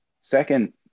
Second